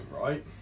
right